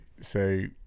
say